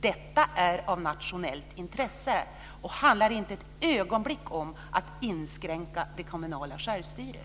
Detta är av nationellt intresse och handlar inte för ett ögonblick om att inskränka det kommunala självstyret.